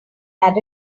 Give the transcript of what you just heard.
had